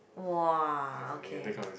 [wah] okay